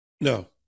No